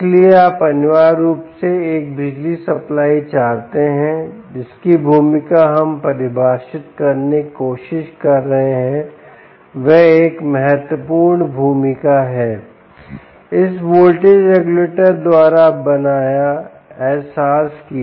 इसलिए आप अनिवार्य रूप से एक बिजली सप्लाई चाहते हैं जिसकी भूमिका हम परिभाषित करने की कोशिश कर रहे हैं वह एक महत्वपूर्ण भूमिका है इस वोल्टेज रेगुलेटर द्वारा बनाया एहसास किया